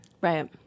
Right